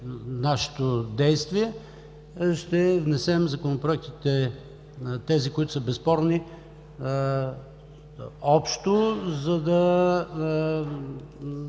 нашето действие, ще внесем законопроектите на тези, които са безспорни общо, за да